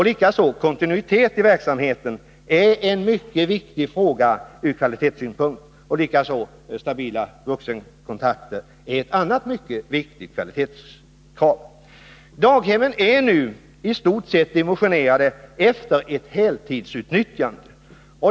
Likaså är kontinuiteten i verksamheten mycket viktig ur kvalitetssynpunkt, liksom stabila vuxenkontakter är ett annat mycket viktigt kvalitetskrav. Daghemmen är nu i stort sett dimensionerade för heltidsutnyttjande.